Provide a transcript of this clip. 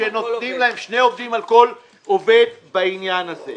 שני עובדים על כל עובד בעניין הזה.